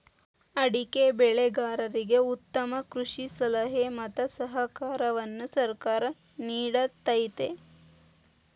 ಅಡಿಕೆ ಬೆಳೆಗಾರರಿಗೆ ಉತ್ತಮ ಕೃಷಿ ಸಲಹೆ ಮತ್ತ ಸಹಕಾರವನ್ನು ಸರ್ಕಾರ ನಿಡತೈತಿ